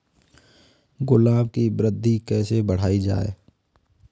गुलाब की वृद्धि कैसे बढ़ाई जाए?